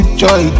joy